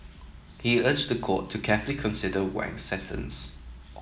he urged the court to carefully consider Wang's sentence